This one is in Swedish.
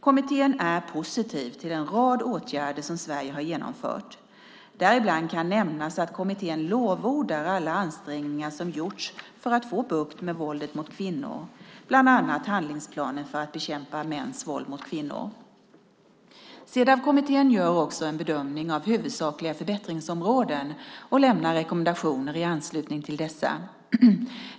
Kommittén är positiv till en rad åtgärder som Sverige har genomfört. Däribland kan nämnas att kommittén lovordar alla ansträngningar som gjorts för att få bukt med våldet mot kvinnor, bland annat handlingsplanen för att bekämpa mäns våld mot kvinnor. Cedawkommittén gör också en bedömning av huvudsakliga förbättringsområden och lämnar rekommendationer i anslutning till dessa.